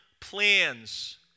plans